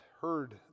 heard